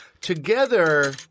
Together